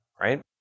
Right